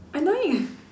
annoying ah